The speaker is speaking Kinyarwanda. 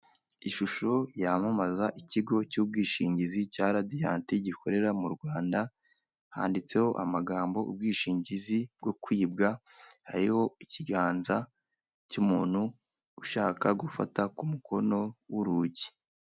Ishusho yamamaza ikigo cy'u ubwishingizi cya radiyanti gikorera mu Rwanda, handitseho amagambo ubwishingizi bwo kwibwa, hariho ikiganza cy' umuntu ushaka gufata ku mukono w'urugi.